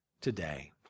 today